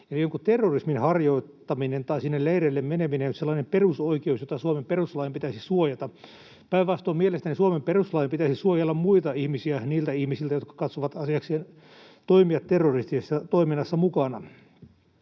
terrorismin harjoittaminen tai sinne leireille meneminen olisi sellainen perusoikeus, jota Suomen perustuslain pitäisi suojata. Päinvastoin mielestäni Suomen perustuslain pitäisi suojella muita ihmisiä niiltä ihmisiltä, jotka katsovat asiakseen olla mukana terroristisessa toiminnassa.